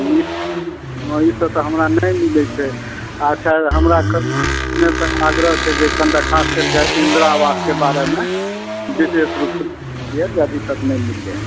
जी वहीं से तो हमरा नहीं मिलै छै आच्छा हमरा खन अपने से आग्रह छै जे कंटा खास कैर क इन्द्रा आवास के बारे में विशेष रुप से अभी तक नहीं मिल ला हमारा